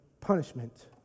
punishment